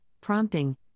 prompting